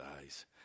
eyes